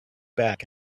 back